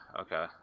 okay